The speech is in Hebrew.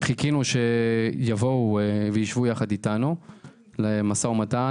חיכינו שהם יבואו ויישבו יחד איתנו למשא ומתן,